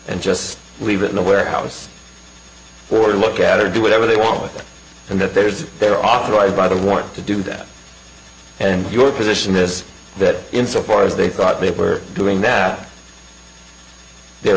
and just leave it in the warehouse for a look at or do whatever they want with it and if there's they're authorized by the warrant to do that and your position is that insofar as they thought they were doing that they're